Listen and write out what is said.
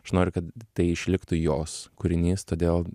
aš noriu kad tai išliktų jos kūrinys todėl